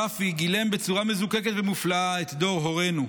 רפי גילם בצורה מזוקקת ומופלאה את דור הורינו,